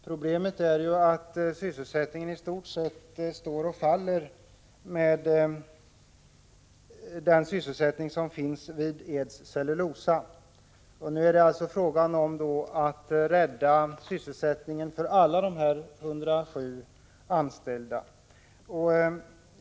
Problemet är ju att ortens sysselsättning i stort sett står och faller med den sysselsättning som finns vid Eds Cellulosa. Nu är det alltså fråga om att rädda sysselsättningen för alla de 107 anställda.